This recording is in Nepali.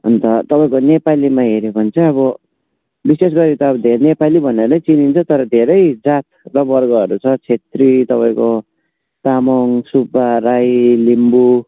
अनि त तपाईँको नेपालीमा हेर्यो भने चाहिँ अब विशेषगरी त अब धेरै नेपाली भनेरै चिनिन्छ तर धेरै जात र वर्गहरू छ छेत्री तपाईँको तामाङ सुब्बा राई लिम्बू